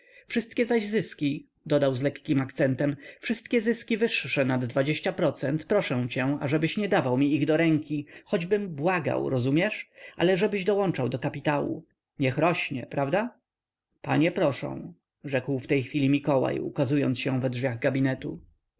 wszystkie zaś zyski dodał z lekkim akcentem wszystkie zyski wyższe nad dwadzieścia procent proszę cię ażebyś nie dawał mi ich do ręki choćbym błagał rozumiesz ale żebyś dołączał do kapitału niech rośnie prawda panie proszą rzekł w tej chwili mikołaj ukazując się we drzwiach gabinetu